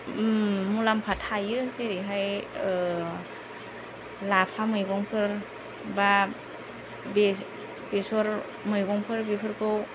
मुलाम्फा थायो जेरैहाय लाफा मैगंफोर बा बेसर मैगंफोर बेफोरखौ